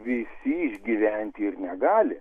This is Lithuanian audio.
visi išgyventi ir negali